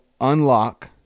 unlock